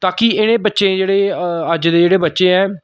ताकि इनें बच्चें जेह्ड़े अज्ज दे जेह्ड़े बच्चे ऐ